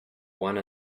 one